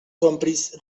compris